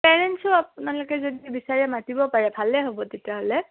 পেৰেণ্টছো আপোনালোকে যদি বিচাৰে মাতিব পাৰে ভালেই হ'ব তেতিয়াহ'লে